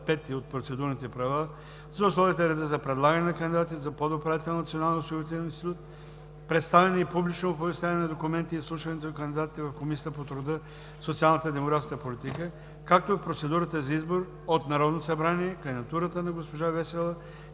V от Процедурните правила за условията и реда за предлагане на кандидати за подуправител на Националния осигурителен институт, представяне и публично оповестяване на документите и изслушването на кандидатите в Комисията по труда, социалната и демографската политика, както и процедурата за избор от Народното събрание кандидатурата на госпожа Весела